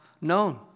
known